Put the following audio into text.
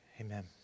amen